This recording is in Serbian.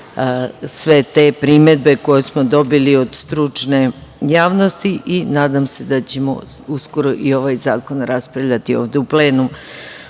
sve te primedbe koje smo dobili od stručne javnosti i nadam se da ćemo uskoro i ovaj zakon raspravljati ovde u plenumu. Od